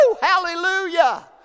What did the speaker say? Hallelujah